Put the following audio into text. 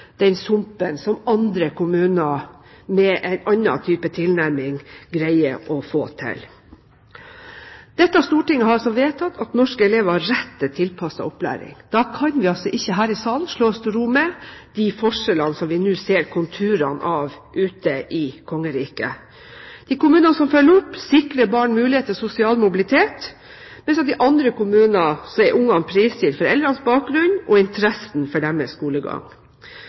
den sumpen som andre kommuner med en annen type tilnærming greier. Dette stortinget har vedtatt at norske elever har rett til tilpasset opplæring. Da kan ikke vi her i salen slå oss til ro med de forskjeller som vi nå ser konturene av ute i kongeriket. De kommunene som følger opp, sikrer barn mulighet til sosial mobilitet, mens i andre kommuner er barna prisgitt foreldrenes bakgrunn og deres interesse for barnas skolegang.